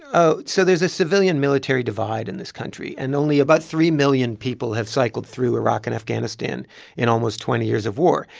ah so there's a civilian-military divide in this country. and only about three million people have cycled through iraq and afghanistan in almost twenty years of war.